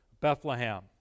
Bethlehem